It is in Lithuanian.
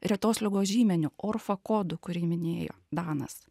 retos ligos žymeniu orfa kodu kurį minėjo danas